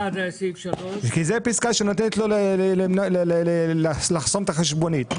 פסקה (3) היא פסקה שנותנת לו לחסום את החשבונית.